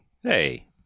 hey